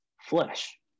flesh